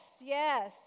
Yes